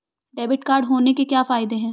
Debit card होने के क्या फायदे हैं?